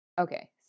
okay